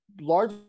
large